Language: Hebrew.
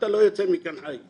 אתה לא יוצא מכאן חי.